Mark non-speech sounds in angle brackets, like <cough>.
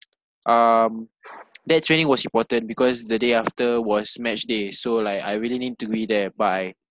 <noise> um <noise> that training was important because the day after was match day so like I really need to be there but I